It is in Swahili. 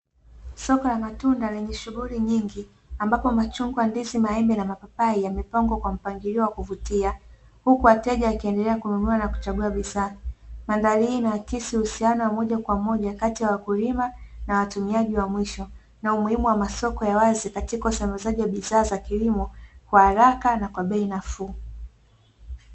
Soko la matunda lenye shunghuli nyingi, ambapo machungwa ndizi, maembe na mapapai yamepangwa kwa mpangilio wa kuvutia, huku wateja wakiendelea kununua na kuchagua bidhaa. mandhari hii inahakisi uhusiano wa moja kwa moja kati ya wakulima na watumiaji wa mwisho na umuhumu wa masoko ya wazi katika usambazaji wa bidhaa za kilimo kwa haraka na kwa bei nafuu.